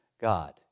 God